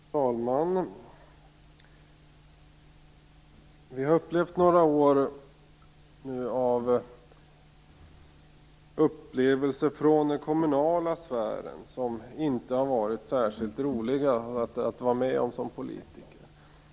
Fru talman! Vi har under några år upplevt saker inom den kommunala sfären som det för oss som politiker inte varit särskilt roligt att vara med om.